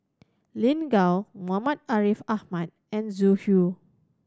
Lin Gao Muhammad Ariff Ahmad and Zhu Xu